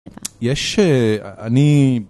יש... אני...